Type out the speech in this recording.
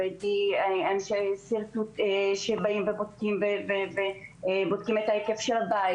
הבאתי אנשים שבודקים את ההיקף של הבית